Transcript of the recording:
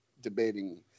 debating